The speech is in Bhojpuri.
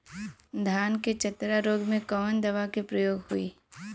धान के चतरा रोग में कवन दवा के प्रयोग होई?